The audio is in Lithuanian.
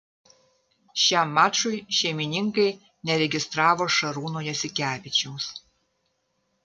šiam mačui šeimininkai neregistravo šarūno jasikevičiaus